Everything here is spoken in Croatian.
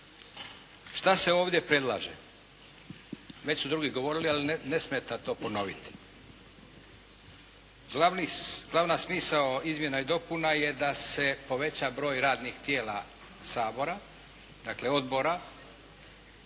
Što se ovdje predlaže? Već su drugi govorili, ali ne smeta to ponoviti. Glavna smisao izmjena i dopuna je da se poveća broj radnih tijela Sabora,